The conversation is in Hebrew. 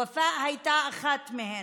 ופאא הייתה אחת מהן.